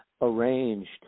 arranged